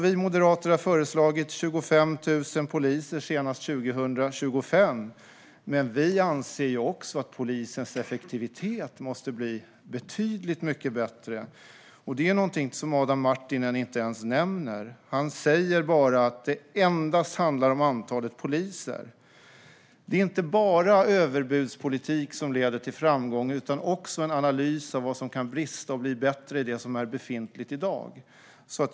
Vi moderater har därför föreslagit 25 000 poliser senast 2025, men vi anser också att polisens effektivitet måste bli betydligt mycket högre. Det är någonting som Adam Marttinen inte ens nämner. Han säger att det endast handlar om antalet poliser. Det är inte bara överbudspolitik som leder till framgång utan också analys av vad som brister och kan bli bättre i det som är befintligt i dag.